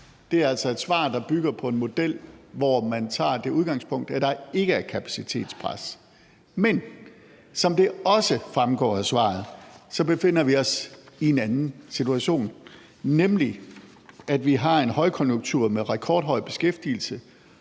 Det er altså et svar, der bygger på en model, hvor man tager det udgangspunkt, at der ikke er kapacitetspres. Men som det også fremgår af svaret, befinder vi os i en anden situation, nemlig at vi har en højkonjunktur med rekordhøj beskæftigelse,